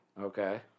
Okay